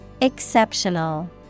Exceptional